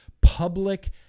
public